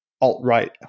alt-right